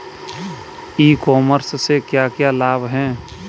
ई commerce से क्या क्या लाभ हैं?